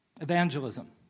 Evangelism